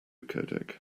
codec